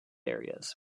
areas